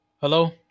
hello